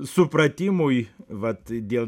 supratimui vat dėl